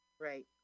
right